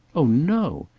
oh, no!